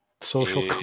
social